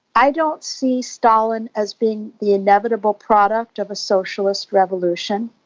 i don't see stalin as being the inevitable product of a socialist revolution.